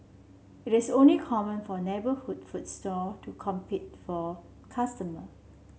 it is only common for neighborhood foods stall to compete for customer